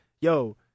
yo